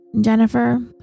Jennifer